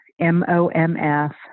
M-O-M-F